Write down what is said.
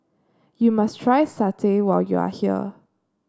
you must try satay when you are here